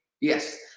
Yes